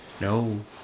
no